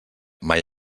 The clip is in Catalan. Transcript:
mai